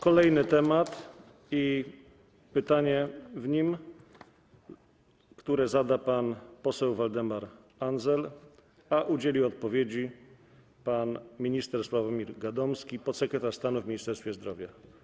Kolejny temat i pytanie, które zada pan poseł Waldemar Andzel, a odpowiedzi udzieli pan minister Sławomir Gadomski, podsekretarz stanu w Ministerstwie Zdrowia.